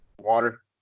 water